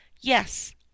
yes